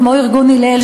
כמו ארגון "הלל",